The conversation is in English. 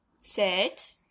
Sit